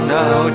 now